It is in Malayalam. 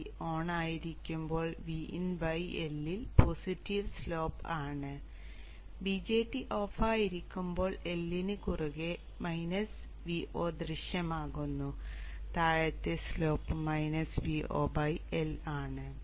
BJT ഓൺ ആയിരിക്കുമ്പോൾ Vin L ൽ പോസിറ്റീവ് സ്ലോപ്പ് ആണ് BJT ഓഫായിരിക്കുമ്പോൾ L ന് കുറുകെ Vo ദൃശ്യമാകുന്നു താഴത്തെ സ്ലോപ്പ് നെഗറ്റീവ് Vo L ആണ്